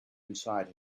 inside